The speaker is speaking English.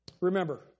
Remember